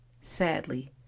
Sadly